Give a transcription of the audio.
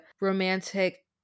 romantic